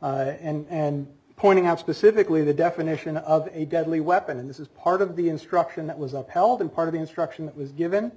severance and pointing out specifically the definition of a deadly weapon and this is part of the instruction that was upheld in part of the instruction that was given